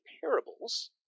parables